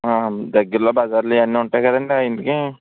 దగ్గరలో బజార్లు ఇవన్నీ ఉంటాయి కదండీ ఆ ఇంటికి